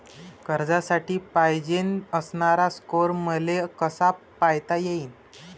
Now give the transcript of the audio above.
कर्जासाठी पायजेन असणारा स्कोर मले कसा पायता येईन?